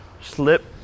Slip